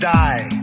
die